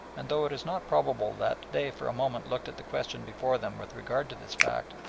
and though it is not probable that they for a moment looked at the question before them with regard to this fact,